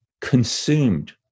consumed